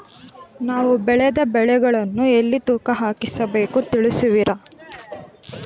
ನಾವು ಬೆಳೆದ ಬೆಳೆಗಳನ್ನು ಎಲ್ಲಿ ತೂಕ ಹಾಕಿಸ ಬೇಕು ತಿಳಿಸುವಿರಾ?